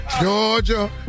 Georgia